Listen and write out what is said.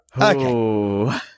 okay